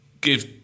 give